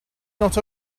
not